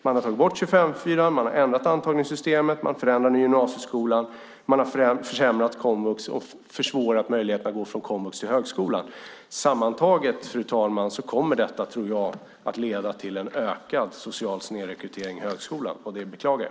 Man har tagit bort 25:4-regeln, och man har ändrat antagningssystemet. Man förändrar gymnasieskolan. Man har försämrat komvux och försämrat möjligheterna att gå från komvux till högskolan. Sammantaget tror jag att detta, fru talman, kommer att leda till en ökad social snedrekrytering till högskolan, och det beklagar jag.